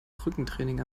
rückentraining